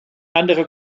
andere